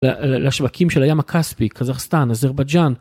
לשווקים של הים הכספי, קזחסטאן, אזרבייג'אן.